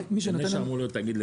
אמור להיות תאגיד אחד?